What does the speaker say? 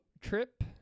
trip